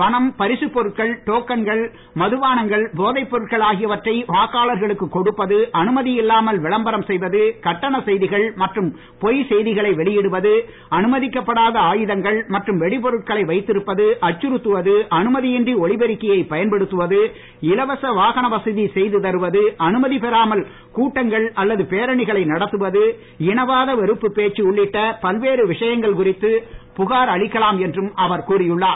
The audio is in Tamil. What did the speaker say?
பணம் பரிசுப் பொருட்கள் டோக்கன் மதுபானங்கள் போதைப் பொருட்கள் ஆகியவற்றை வாக்களார்களுக்கு கொடுப்பது அனுமதி இல்லாமல் விளம்பரம் செய்வது கட்டணச் செய்திகள் மற்றும் பொய் செய்திகளை வெளியிடுவது அனுமதிக்கப்படாத ஆயுதங்கள் மற்றும் வெடிபொருட்களை வைத்திருப்பது அச்சுறுத்தவது அனுமதியின்றி ஒலிபெருக்கியை பயன்படுத்துவது இலவச வாகன வசதி செய்து தருவது அனுமதி பெறாமல் கூட்டங்கள் அல்லது பேரணிகளை நடத்துவது இனவாத வெறுப்பு பேச்சு உள்ளிட்ட பல்வேறு விஷயங்கள் குறித்து புகார் அளிக்கலாம் என்றும் அவர் கூறி உள்ளார்